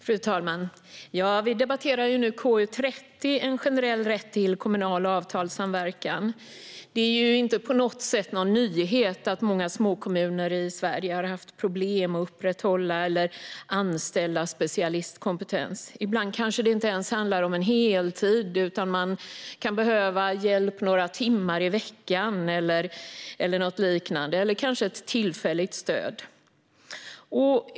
Fru talman! Vi debatterar nu KU30 En generell rätt till kommunal avtalssamverkan . Det är inte på något sätt en nyhet att många små kommuner i Sverige har haft problem att upprätthålla eller anställa specialistkompetens. Ibland kanske det inte ens handlar om en heltid, utan man kan behöva hjälp några timmar i veckan eller något liknande - kanske ett tillfälligt stöd.